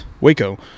Waco